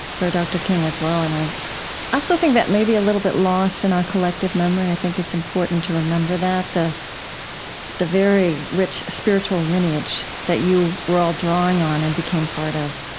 for dr. king as well. and i also think that may be a little bit lost in our collective memory. i think it's important to remember that, the the very rich spiritual lineage that you were all drawing on and became part of.